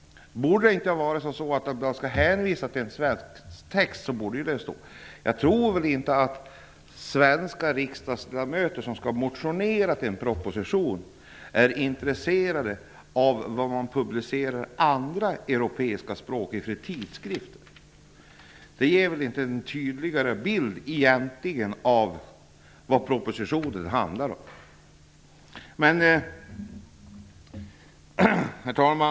Borde det inte stå en hänvisning till en svensk text? Jag tror inte att svenska riksdagsledamöter som skall motionera med anledning av en proposition är intresserade av i vilken tidskrift man publicerar texterna på andra europeiska språk. Det ger väl inte en tydligare bild av vad propositionen handlar om? Herr talman!